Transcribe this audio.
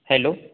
hello